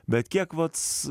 bet kiek vat